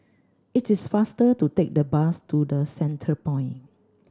it is faster to take the bus to The Centrepoint